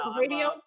Radio